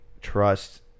trust